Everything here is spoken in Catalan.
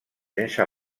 sense